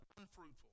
unfruitful